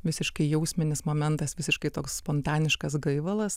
visiškai jausminis momentas visiškai toks spontaniškas gaivalas